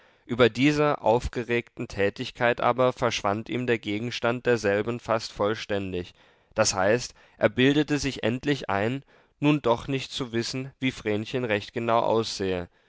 über dieser aufgeregten tätigkeit aber verschwand ihm der gegenstand derselben fast vollständig das heißt er bildete sich endlich ein nun doch nicht zu wissen wie vrenchen recht genau aussehe